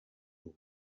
uwo